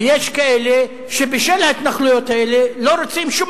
ויש כאלה שבשל ההתנחלויות האלה לא רוצים שום